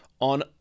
on